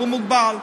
מוגבל.